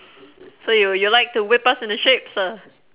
so you'll you'll like to whip us into shape sir